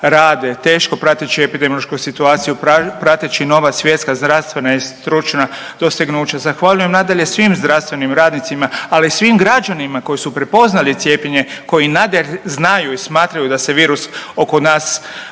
teško prateći epidemiološku situaciju, prateći nova svjetska zdravstvena i stručna dostignuća. Zahvaljujem nadalje svim zdravstvenim radnicima, ali i svim građanima koji su prepoznali cijepljenje koji znaju i smatraju da se virus oko nas